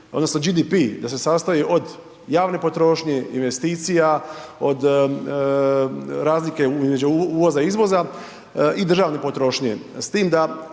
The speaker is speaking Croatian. odnosno GDP da se sastoji od javne potrošnje, investicija, od razlike između uvoza i izvoza i državne potrošnje. S tim da